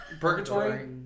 Purgatory